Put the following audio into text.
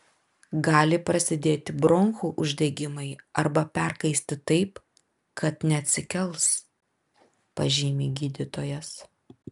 gali prasidėti bronchų uždegimai arba perkaisti taip kad neatsikels pažymi gydytojas